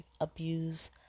abuse